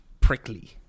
prickly